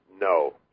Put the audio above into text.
No